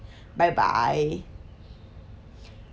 bye bye